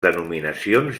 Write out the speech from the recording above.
denominacions